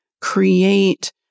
create